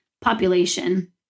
population